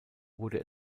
wurde